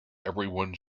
everyone